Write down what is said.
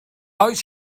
oes